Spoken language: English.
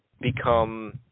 become